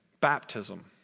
Baptism